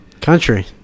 Country